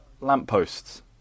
lampposts